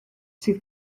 sydd